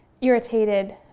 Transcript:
irritated